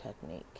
technique